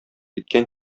иткән